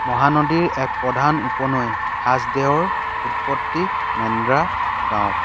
মহানদীৰ এক প্ৰধান উপনৈ হাছদেউ ৰ উৎপত্তি মেন্দ্ৰা গাঁৱত